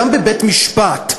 גם בבית-משפט,